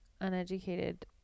uneducated